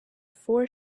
four